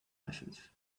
license